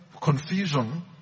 confusion